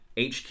HQ